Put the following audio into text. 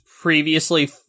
previously